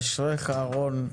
אשריך, רון.